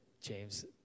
James